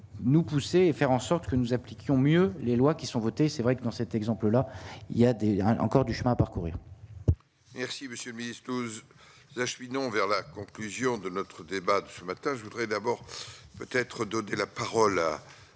Nous pousser et faire en sorte que nous appliquions mieux les lois qui sont votées, c'est vrai que dans cet exemple là, il y a des Liens encore du chemin à parcourir. Merci monsieur le ministre, 12 acheminons vers la conclusion de notre débat de ce matin, je voudrais d'abord peut-être donner la parole à